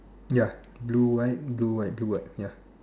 ya blue white blue white blue white